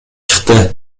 чыкты